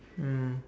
mm